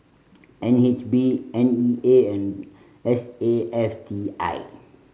N H B N E A and S A F T I